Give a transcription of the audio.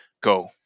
go